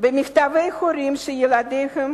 במכתבי הורים שילדיהם